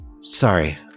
Sorry